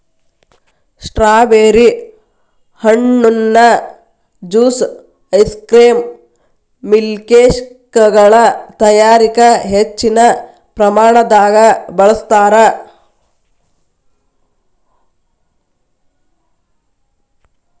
strawberry ಹಣ್ಣುನ juice ice cream ಮಿಲ್ಕ್ಶೇಕಗಳ ತಯಾರಿಕ ಹೆಚ್ಚಿನ ಪ್ರಮಾಣದಾಗ ಬಳಸ್ತಾರ್